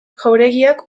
jauregiak